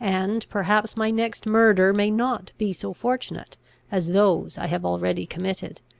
and perhaps my next murder may not be so fortunate as those i have already committed.